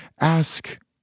ask